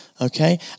Okay